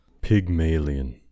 Pygmalion